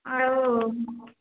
ଆଉ